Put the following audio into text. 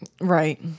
Right